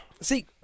see